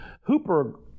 hooper